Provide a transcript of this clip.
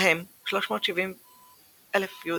בהם 370,000 יהודים.